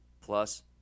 plus